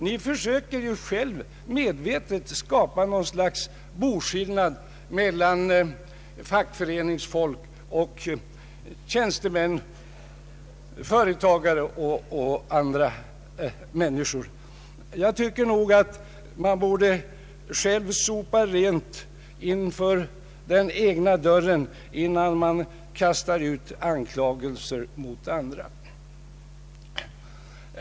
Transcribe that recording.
Ni försöker alltså själva medvetet skapa något slags boskillnad mellan fackföreningsanslutna och tjänstemän, företagare och andra människor. Jag tycker nog att man själv bör sopa rent utanför egen dörr innan man kastar ut anklagelser mot andra.